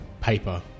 paper